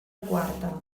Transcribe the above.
quarta